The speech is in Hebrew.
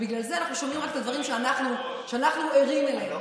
ובגלל זה אנחנו שומעים רק את הדברים שאנחנו ערים אליהם.